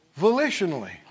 volitionally